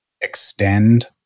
extend